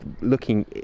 looking